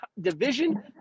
division